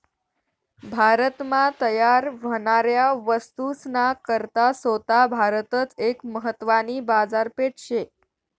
भारत मा तयार व्हनाऱ्या वस्तूस ना करता सोता भारतच एक महत्वानी बाजारपेठ शे